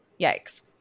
yikes